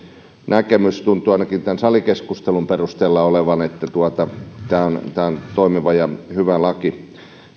näkemys tuntuu ainakin tämän salikeskustelun perusteella olevan että tämä on toimiva ja hyvä laki